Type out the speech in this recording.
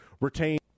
retain